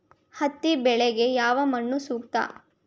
ಹತ್ತಿ ಬೆಳೆಗೆ ಯಾವ ಮಣ್ಣು ಸೂಕ್ತ?